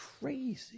Crazy